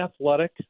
athletic